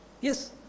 Yes